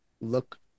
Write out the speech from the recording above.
look